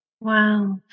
Wow